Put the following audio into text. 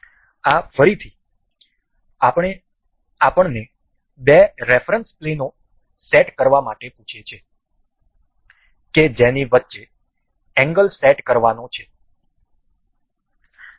આ ફરીથી આપણને બે રેફરન્સ પ્લેનો સેટ કરવા માટે પૂછે છે કે જેની વચ્ચે એંગલ સેટ કરવો પડશે